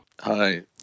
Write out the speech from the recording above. Hi